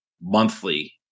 monthly